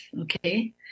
Okay